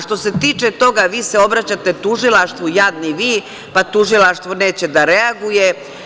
Što se tiče toga, vi se obraćate tužilaštvu, jadni vi, pa tužilaštvo neće da reaguje.